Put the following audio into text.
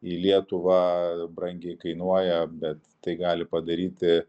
į lietuvą brangiai kainuoja bet tai gali padaryti